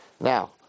Now